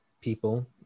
people